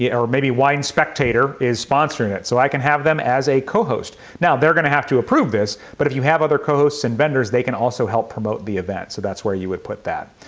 yeah or maybe wine spectator, is sponsoring it. so i can have them as a co-host. now they're going to have to approve this, but if you have other co-hosts and vendors, they can also help promote the event. so that's where you would put that.